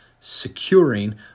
securing